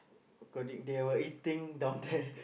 according they were eating down it